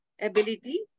ability